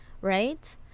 right